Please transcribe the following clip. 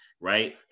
right